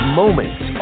moments